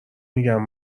میگم